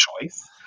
choice